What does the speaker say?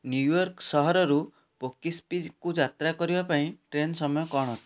New York ସହରରୁ ପୋକିପ୍ସିକୁ ଯାତ୍ରା କରିବା ପାଇଁ ଟ୍ରେନ୍ ସମୟ କଣ ଅଟେ